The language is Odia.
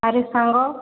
ଆରେ ସାଙ୍ଗ